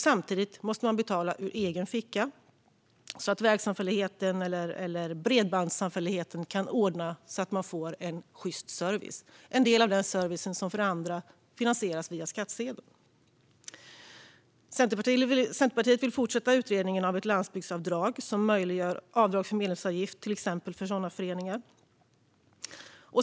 Samtidigt måste de betala ur egen ficka så att vägsamfälligheten eller bredbandssamfälligheten kan ordna så att de får en sjyst service, som för andra finansieras via skattsedeln. Centerpartiet vill fortsätta utredningen av ett landsbygdsavdrag som möjliggör avdrag för medlemsavgift för till exempel sådana föreningar.